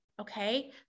Okay